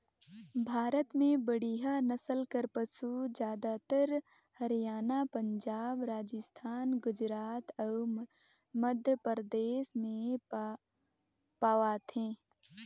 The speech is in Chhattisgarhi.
भारत में बड़िहा नसल कर पसु जादातर हरयाना, पंजाब, राजिस्थान, गुजरात अउ मध्यपरदेस में पवाथे